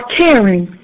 caring